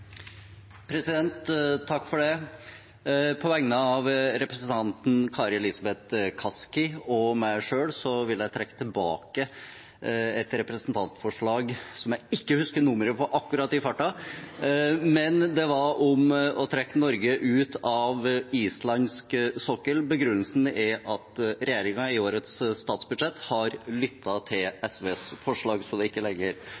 På vegne av representanten Kari Elisabeth Kaski og meg selv vil jeg trekke tilbake representantforslag 8:221 S for 2017–2018, om å avvikle norsk statlig deltakelse i petroleumsvirksomhet på islandsk kontinentalsokkel. Begrunnelsen er at regjeringen i årets statsbudsjett har lyttet til SVs forslag, så det er ikke lenger